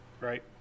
Right